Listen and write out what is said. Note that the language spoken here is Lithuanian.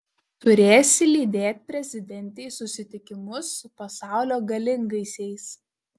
turėsi lydėt prezidentę į susitikimus su pasaulio galingaisiais